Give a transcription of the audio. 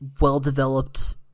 well-developed